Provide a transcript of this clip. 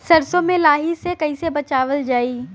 सरसो में लाही से कईसे बचावल जाई?